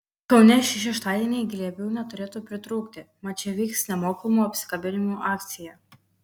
kaune šį šeštadienį glėbių neturėtų pritrūkti mat čia vyks nemokamų apsikabinimų akcija